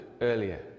earlier